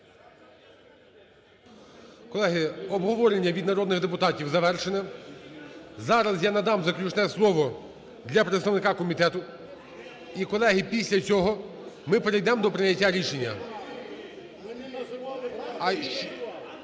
Колеги, обговорення від народних депутатів завершене. Зараз я надам заключне слово для представника комітету. І, колеги, після цього ми перейдем до прийняття рішення. (Шум